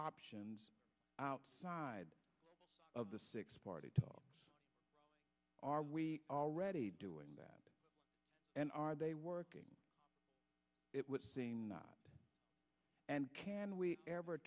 options outside of the six party talks are we already doing that and are they working it would seem and can we ever